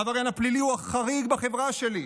העבריין הפלילי הוא החריג בחברה שלי.